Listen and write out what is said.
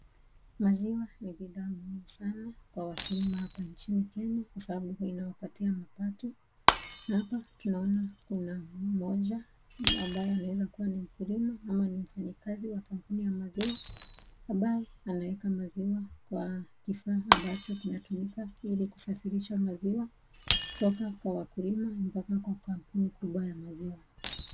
Maziwa ni bidhaa muhimu sana kwa wakulima hapa Nchini Kenya kwasababu inawapatia mapato, na hapa tunamuona mmoja ambaye anaweza kuwa ni mkulima ama ni mfanyakazi wa kampuni ya maziwa ambaye anaweka maziwa kwa kifaa ambacho kinatumika hili kusafirisha maziwa kutoka kwa wakulima mpaka kwa kampuni kubwa ya maziwa.